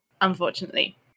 unfortunately